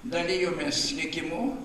dalijomės likimu